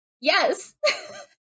yes